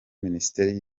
minisiteri